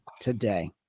today